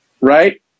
Right